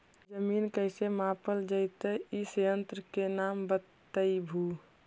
जमीन कैसे मापल जयतय इस यन्त्र के नाम बतयबु?